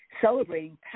celebrating